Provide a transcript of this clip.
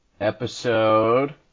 episode